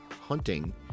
hunting